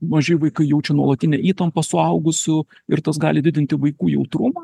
maži vaikai jaučia nuolatinę įtampą suaugusių ir tas gali didinti vaikų jautrumą